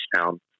town